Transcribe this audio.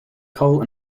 coal